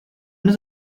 does